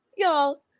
Y'all